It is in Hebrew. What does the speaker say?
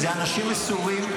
אלה אנשים מסורים,